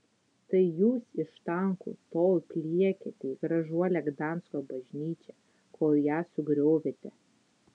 tai jūs iš tankų tol pliekėte į gražuolę gdansko bažnyčią kol ją sugriovėte